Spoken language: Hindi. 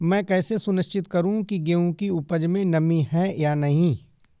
मैं कैसे सुनिश्चित करूँ की गेहूँ की उपज में नमी है या नहीं?